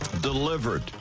Delivered